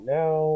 now